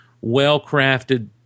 well-crafted